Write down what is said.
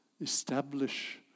establish